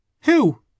Who